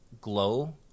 glow